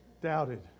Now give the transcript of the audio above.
Doubted